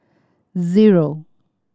zero